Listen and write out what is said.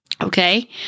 Okay